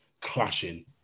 clashing